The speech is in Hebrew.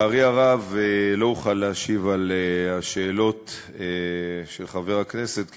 אוכל להשיב על השאלות של חבר הכנסת,